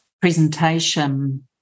presentation